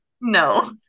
No